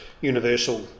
universal